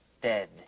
dead